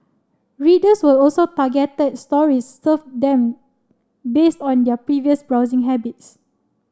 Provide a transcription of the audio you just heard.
readers will also targeted stories serve them based on their previous browsing habits